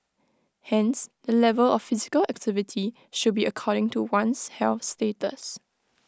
hence the level of physical activity should be according to one's health status